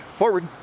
forward